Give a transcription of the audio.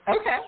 Okay